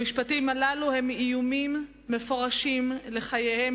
המשפטים הללו הם איומים מפורשים על חייהם